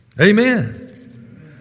Amen